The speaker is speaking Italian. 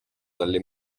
dalle